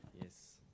Yes